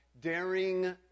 Daring